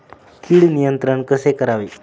कीड नियंत्रण कसे करावे?